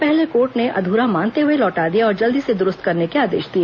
पहले इसे कोर्ट ने अध्रा मानते हुए लौटा दिया और जल्द ही इसे दुरूस्त करने के आदेश दिए